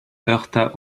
heurta